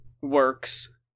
works